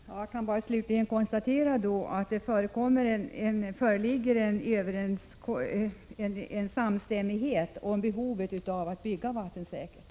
Fru talman! Jag kan bara slutligen konstatera att det föreligger samstämmighet när det gäller behovet av att bygga vattensäkert.